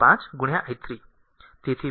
5 i 3